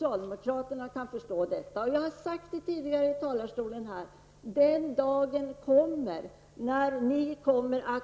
Jag har sagt tidigare från denna talarstol att den dagen kommer då ni måste ändra